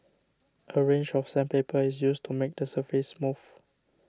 a range of sandpaper is used to make the surface smooth